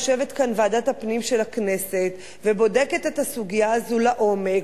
יושבת כאן ועדת הפנים של הכנסת ובודקת את הסוגיה הזאת לעומק,